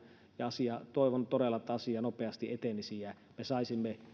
ja toivon todella että asia nopeasti etenisi ja me saisimme